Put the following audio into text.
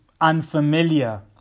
unfamiliar